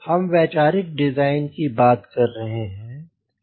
हम वैचारिक डिज़ाइन की बात कर रहे हैं